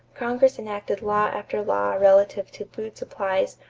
congress enacted law after law relative to food supplies,